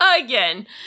again